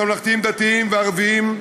ממלכתיים-דתיים וערביים,